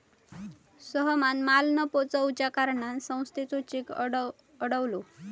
सोहमान माल न पोचवच्या कारणान संस्थेचो चेक अडवलो